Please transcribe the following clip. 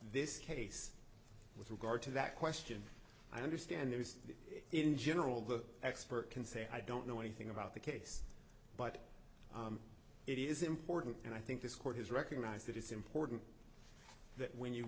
this case with regard to that question i understand there is that in general the expert can say i don't know anything about the case but it is important and i think this court has recognized that it's important that when you